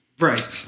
Right